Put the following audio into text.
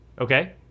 okay